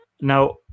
Now